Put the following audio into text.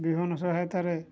ବିହନ ସହାୟତାରେ